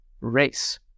race